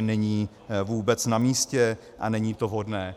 není vůbec namístě a není to vhodné.